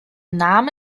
name